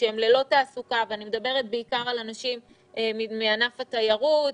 כשהם ללא תעסוקה ואני מדברת בעיקר על אנשים מענף התיירות,